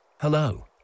Hello